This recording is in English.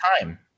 time